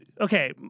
okay